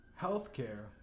Healthcare